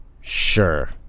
Sure